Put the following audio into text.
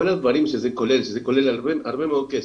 הדברים שזה כולל, שזה כולל הרבה מאוד כסף.